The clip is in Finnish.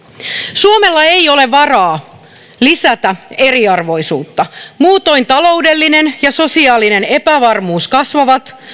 suomella ei ole varaa lisätä eriarvoisuutta muutoin taloudellinen ja sosiaalinen epävarmuus kasvavat